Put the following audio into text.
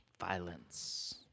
Violence